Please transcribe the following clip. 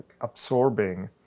absorbing